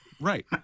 right